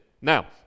Now